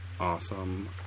awesome